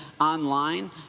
online